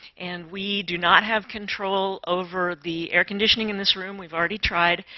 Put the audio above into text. and we do not have control over the air conditioning in this room. we've already tried.